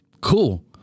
Cool